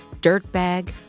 Dirtbag